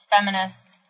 feminist